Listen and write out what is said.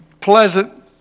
pleasant